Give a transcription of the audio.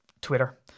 Twitter